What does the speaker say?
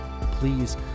please